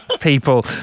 people